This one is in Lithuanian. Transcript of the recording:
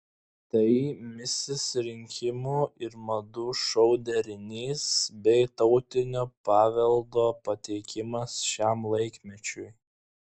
tai misis rinkimų ir madų šou derinys bei tautinio paveldo pateikimas šiam laikmečiui